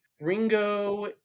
Ringo